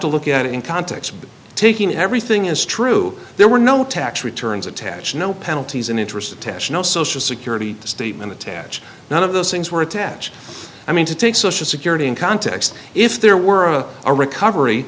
to look at it in context taking everything is true there were no tax returns attach no penalties and interest attached no social security statement attach none of those things were attached i mean to take social security in context if there were a a recovery